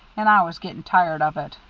and i was getting tired of it.